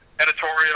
editorial